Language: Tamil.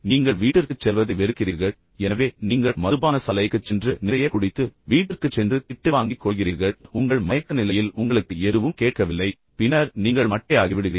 நீங்கள் வீட்டிற்குச் செல்வதை வெறுக்கிறீர்கள் எனவே நீங்கள் மதுபானசாலைக்குச் சென்று நிறைய குடித்து பின்னர் வீட்டிற்குச் சென்று மீண்டும் திட்டு வாங்கிக்கொள்கிறீர்கள் ஆனால் பின்னர் உங்கள் மயக்க நிலையில் உங்களுக்கு எதுவும் கேட்கவில்லை பின்னர் நீங்கள் மட்டையாகி விடுகிறீர்கள்